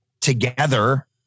together